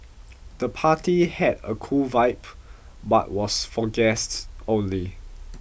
the party had a cool vibe but was for guests only